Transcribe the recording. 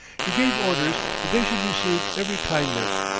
he gave orders that they should receive every kindness,